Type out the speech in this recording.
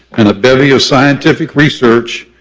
and the belly of scientific research,